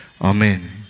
Amen